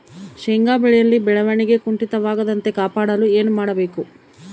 ಶೇಂಗಾ ಬೆಳೆಯಲ್ಲಿ ಬೆಳವಣಿಗೆ ಕುಂಠಿತವಾಗದಂತೆ ಕಾಪಾಡಲು ಏನು ಮಾಡಬೇಕು?